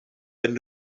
wenn